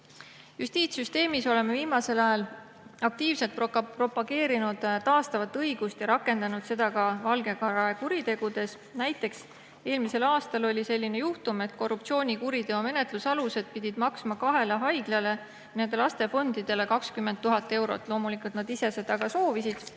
Justiitssüsteemis oleme viimasel ajal aktiivselt propageerinud taastavat õigust ja rakendanud seda ka valgekraede kuritegudes. Näiteks eelmisel aastal oli selline juhtum, et korruptsioonikuriteo menetlusalused pidid maksma kahele haiglale, nende lastefondidele 20 000 eurot. Loomulikult nad ise seda soovisid